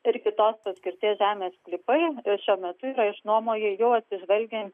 ir kitos paskirties žemės sklypai šiuo metu yra išnuomoji jau atsižvelgiant